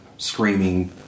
screaming